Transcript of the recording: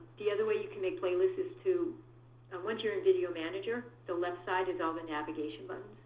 the other way you can make playlists is to once you're in video manager, the left side is all the navigation but